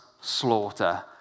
slaughter